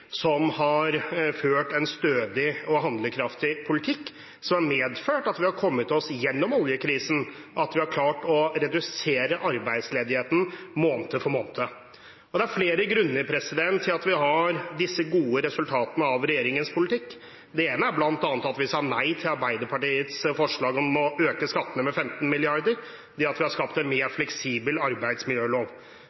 som har ført en stødig og handlekraftig politikk, som har medført at vi har kommet oss gjennom oljekrisen, og at vi har klart å redusere arbeidsledigheten måned for måned. Det er flere grunner til at vi har disse gode resultatene av regjeringens politikk: Blant annet sa vi nei til Arbeiderpartiets forslag om å øke skattene med 15 mrd. kr, og vi har skapt en mer